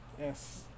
Yes